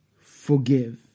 forgive